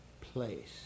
place